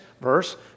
verse